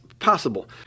possible